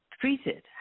treated